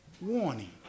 warning